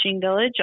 village